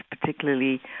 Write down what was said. particularly